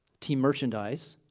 team merchandise,